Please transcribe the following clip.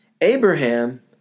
Abraham